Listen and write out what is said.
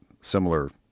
similar